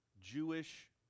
Jewish